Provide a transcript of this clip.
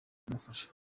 kumufasha